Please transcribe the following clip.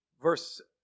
Verse